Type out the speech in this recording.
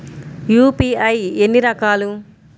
UPI ఎన్ని రకాలు?